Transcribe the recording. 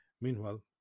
Meanwhile